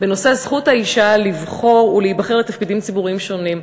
בנושא זכות האישה לבחור ולהיבחר לתפקידים ציבוריים שונים.